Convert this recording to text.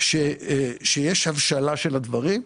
שיש הבשלה של הדברים.